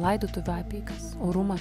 laidotuvių apeigas orumą